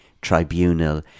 tribunal